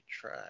try